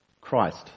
Christ